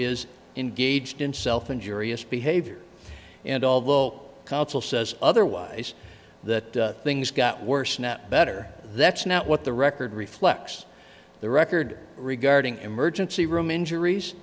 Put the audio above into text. is engaged in self injurious behavior and although counsel says otherwise that things got worse not better that's not what the record reflects the record regarding emergency room injuries